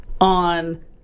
on